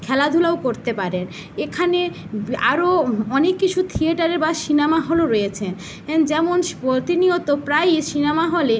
খেলাধুলাও করতে পারে এখানে আরও অনেক কিছু থিয়েটারে বা সিনেমা হলও রয়েছে এন যেমন স্ প্রতিনিয়ত প্রায়ই সিনেমা হলে